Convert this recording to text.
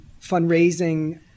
fundraising